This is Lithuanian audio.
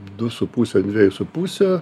du su puse ant dviejų su puse